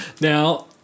Now